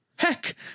Heck